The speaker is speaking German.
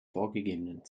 vorgegebenen